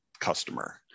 customer